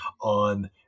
on